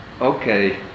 okay